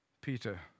Peter